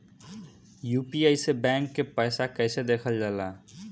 UPI से bank के पैसा कैसे देखल जाला?